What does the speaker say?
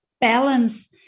balance